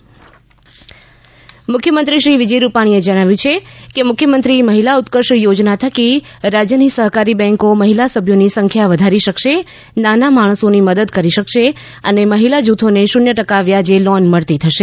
મુખ્યમંત્રી સહકારી બેન્ક મુખ્યમંત્રીશ્રી વિજય રૂપાણીએ જણાવ્યું છે કે મુખ્યમંત્રી મહિલા ઉત્કર્ષ યોજના થકી રાજ્યની સહકારી બેંકો મહિલા સભ્યોની સંખ્યા વધારી શકશે નાના માણસોની મદદ કરી શકશે અને મહિલા જુથોને શૂન્ય ટકા વ્યાજે લોન મળતી થશે